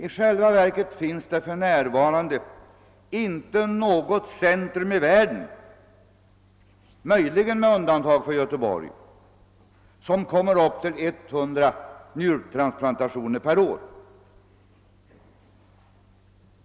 I själva verket finns det för närvarande inte något centrum i världen — möjligen med undantag för Göteborg — som kommer upp till 100 njurtransplantationer per år.